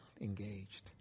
engaged